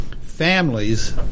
families